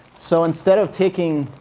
so instead of taking